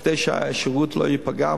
כדי שהשירות לא ייפגע,